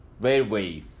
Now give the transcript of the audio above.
railways